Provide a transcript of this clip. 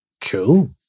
Cool